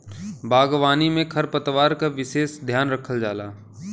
बागवानी में खरपतवार क विसेस ध्यान रखल जाला